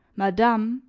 madame,